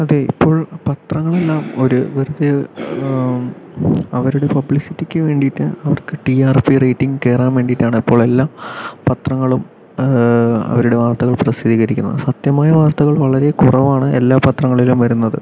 അതെ ഇപ്പോൾ പത്രങ്ങൾ എല്ലാം ഒരു അവരുടെ പബ്ലിസിറ്റിക്ക് വേണ്ടീട്ട് അവർക്ക് ടി ആർ പി റേറ്റിംഗ് കേറാൻ വേണ്ടീട്ടാണ് അപ്പോൾ എല്ലാ പത്രങ്ങളും അവരുടെ വാർത്തകൾ പ്രസിദ്ധികരിക്കുന്നത് സത്യമായ വാർത്തകൾ വളരെ കുറവാണ് എല്ലാ പത്രങ്ങളിലും വരുന്നത്